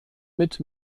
mit